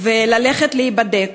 וללכת להיבדק.